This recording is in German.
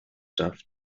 darf